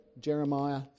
Jeremiah